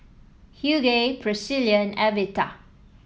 Hughey Pricilla and Evita